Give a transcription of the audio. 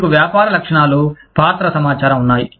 మీకు వ్యాపార లక్షణాలు పాత్ర సమాచారం ఉన్నాయి